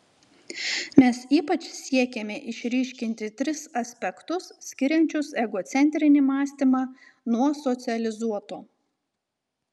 mes ypač siekėme išryškinti tris aspektus skiriančius egocentrinį mąstymą nuo socializuoto